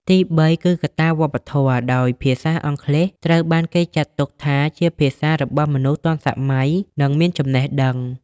ទីបីគឺកត្តាវប្បធម៌ ដោយភាសាអង់គ្លេសត្រូវបានគេចាត់ទុកថាជាភាសារបស់មនុស្សទាន់សម័យនិងមានចំណេះដឹង។